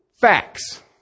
facts